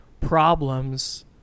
problems